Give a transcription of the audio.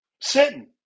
sitting